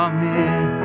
Amen